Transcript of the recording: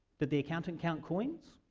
did the accountant count coins?